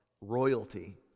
royalty